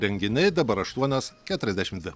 renginiai dabar aštuonios keturiasdešimt dvi